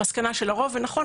המסקנה של הרוב ונכון,